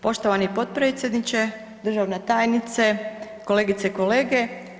Poštovani potpredsjedniče, državna tajnice, kolegice i kolege.